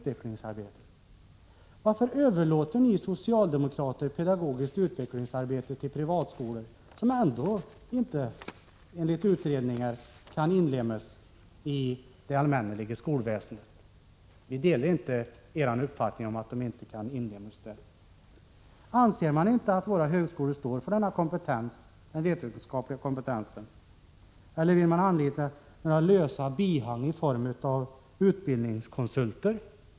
Varför överlåter ni socialdemokrater pedagogiskt utvecklingsarbete till privatskolor, som enligt utredningar ändå inte kan inlemmas i det allmänna skolväsendet? Vi delar inte er uppfattning om att de inte kan inlemmas. Anser man inte att våra högskolor har denna vetenskapliga kompetens, eller vill man anlita lösa bihang i form av utbildningskonsulter?